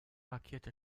markierte